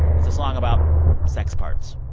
it's a song about sex parts.